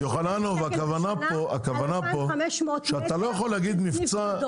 30,000 שקל על 2,500 מטר.